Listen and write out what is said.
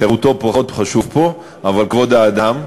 חירותו פחות חשובה פה, מה לעשות, אבל כבוד האדם.